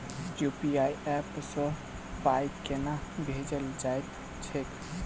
UPI app सँ पाई केना भेजल जाइत छैक?